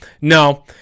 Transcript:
no